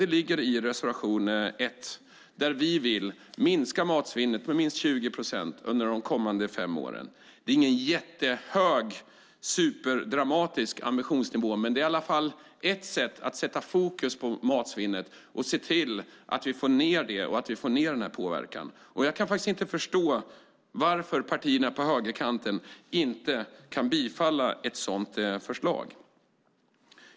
Det ligger i reservation 1, där vi vill minska matsvinnet med minst 20 procent de kommande fem åren. Det är inte någon jättehög, superdramatisk ambitionsnivå. Men det är i varje fall ett sätt att sätta fokus på matsvinnet och se till att vi får ned det och får ned påverkan. Jag kan inte förstå varför partierna på högerkanten inte kan bifalla ett sådant förslag.